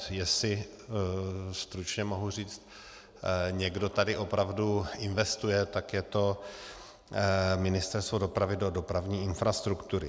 Jestli, stručně mohu říct, někdo tady opravdu investuje, tak je to Ministerstvo dopravy do dopravní infrastruktury.